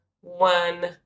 one